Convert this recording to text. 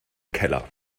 keller